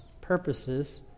purposes